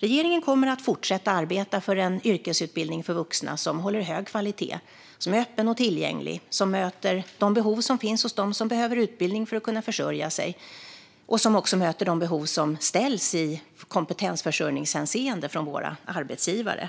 Regeringen kommer att fortsätta arbeta för en yrkesutbildning för vuxna som håller hög kvalitet, som är öppen och tillgänglig och som möter de behov som finns hos dem som behöver utbildning för att kunna försörja sig. Den ska också möta de behov som ställs i kompetensförsörjningshänseende från våra arbetsgivare.